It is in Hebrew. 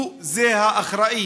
הוא האחראי.